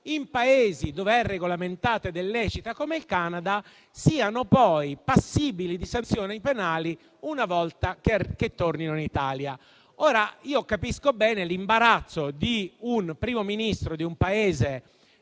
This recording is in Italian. in Paesi dove è regolamentata e lecita, come il Canada, siano poi passibili di sanzioni penali una volta che tornino in Italia. Capisco bene l'imbarazzo di un Primo Ministro di un Paese